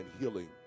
healing